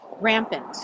rampant